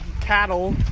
cattle